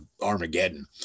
Armageddon